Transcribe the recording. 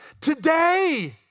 Today